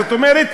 זאת אומרת,